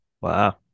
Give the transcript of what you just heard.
Wow